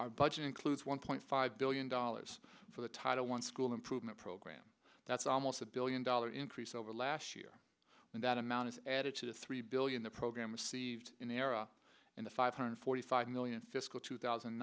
our budget includes one point five billion dollars for the title one school improvement program that's almost a billion dollar increase over last year and that amount is added to the three billion the program received in error in the five hundred forty five million fiscal two thousand